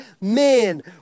men